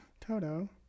Toto